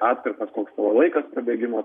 atkarpas koks tavo laikas pabėgimo